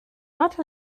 not